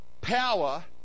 power